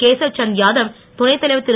கேசவ் சந்த் யாதவ் துணைத்தலைவர் திரு